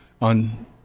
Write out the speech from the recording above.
on